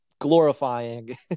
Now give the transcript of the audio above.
glorifying